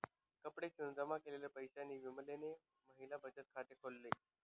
कपडे शिवून जमा केलेल्या पैशांनी विमलने महिला बचत खाते खोल्ल